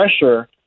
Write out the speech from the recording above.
pressure